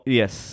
yes